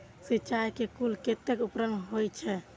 सिंचाई के कुल कतेक उपकरण होई छै?